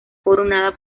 coronada